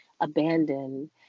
abandoned